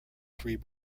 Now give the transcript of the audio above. three